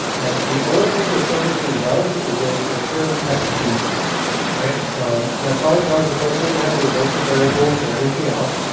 and the only thing the subroutine does is it returns zero xbeef right so that's all it does it doesn't have and have any local variables or anything else,